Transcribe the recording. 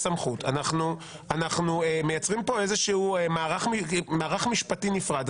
אנחנו מייצרים פה איזשהו מערך משפטי נפרד.